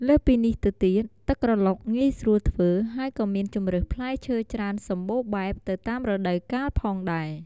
លើសពីនេះទៅទៀត ទឹកក្រឡុកងាយស្រួលធ្វើ ហើយក៏មានជម្រើសផ្លែឈើច្រើនសម្បូរបែប ទៅតាមរដូវកាលផងដែរ។